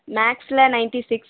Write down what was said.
மேக்ஸில் ninety six